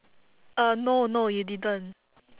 uh no no you didn't